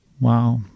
Wow